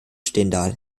stendal